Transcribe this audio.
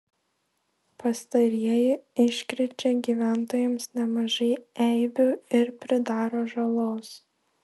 pastarieji iškrečia gyventojams nemažai eibių ir pridaro žalos